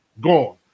gone